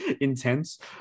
intense